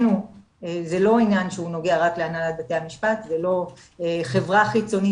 זה לא עניין שנוגע רק להנהלת בתי המשפט ולא חברה חיצונית